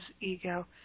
ego